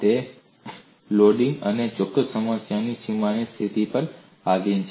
તે લોડિંગ અને ચોક્કસ સમસ્યાની સીમાની સ્થિતિ પર આધારિત છે